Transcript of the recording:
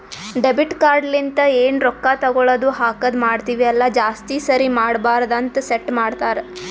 debit card ಲಿಂತ ಎನ್ ರೊಕ್ಕಾ ತಗೊಳದು ಹಾಕದ್ ಮಾಡ್ತಿವಿ ಅಲ್ಲ ಜಾಸ್ತಿ ಸರಿ ಮಾಡಬಾರದ ಅಂತ್ ಸೆಟ್ ಮಾಡ್ತಾರಾ